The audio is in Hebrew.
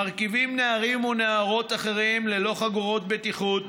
מרכיבים נערים ונערות אחרים ללא חגורות בטיחות,